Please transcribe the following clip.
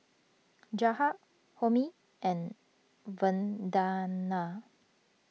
Jahat Homi and Vandana